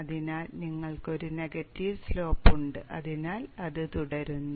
അതിനാൽ നിങ്ങൾക്ക് ഒരു നെഗറ്റീവ് സ്ലോപ്പ് ഉണ്ട് അതിനാൽ അത് തുടരുന്നു